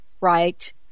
right